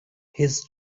his